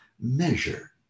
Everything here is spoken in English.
measure